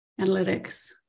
Analytics